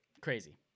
Crazy